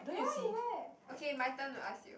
then what you wear okay my turn to ask you